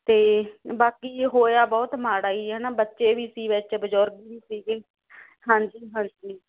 ਤੇ ਬਾਕੀ ਹੋਇਆ ਬਹੁਤ ਮਾੜਾ ਹੀ ਹਨਾ ਬੱਚੇ ਵੀ ਸੀ ਵਿੱਚ ਬਜ਼ੁਰਗ ਵੀ ਸੀ ਹਾਂਜੀ ਹਾਂਜੀ